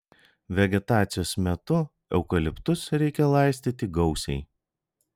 vegetacijos metu eukaliptus reikia laistyti gausiai